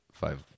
five